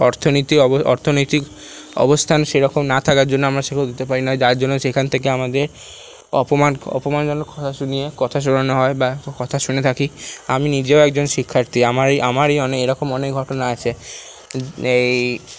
অর্থনীতি অব অর্থনীতিক অবস্থান সেরকম না থাকার জন্য আমরা সেগুলো দিতে পারি না যার জন্য সেইখান থেকে আমাদের অপমান অপমানজনক কথা শুনিয়ে কথা শোনানো হয় বা কথা শুনে থাকি আমি নিজেও একজন শিক্ষার্থী আমার এই আমার এই অনে এরকম অনেক ঘটনা আছে এই